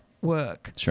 work